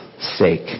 sake